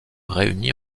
réunis